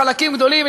בחלקים גדולים,